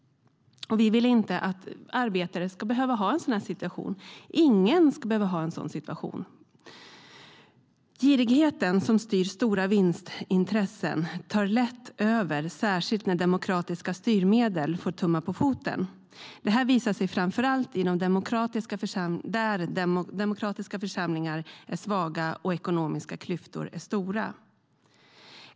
Och vi vill inte att arbetare ska behöva ha en sådan situation. Ingen ska behöva ha en sådan situation. Girigheten som styr stora vinstintressen tar lätt över, särskilt när demokratiska styrmedel får stryka på foten. Det visar sig framför allt där de demokratiska församlingarna är svaga och de ekonomiska klyftorna är stora.